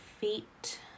feet